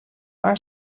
are